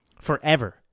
forever